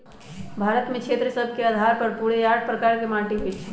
भारत में क्षेत्र सभ के अधार पर पूरे आठ प्रकार के माटि होइ छइ